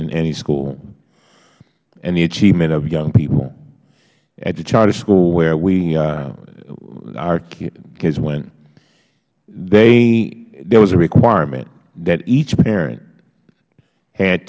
in any school in the achievement of young people at the charter school where our kids went there was a requirement that each parent had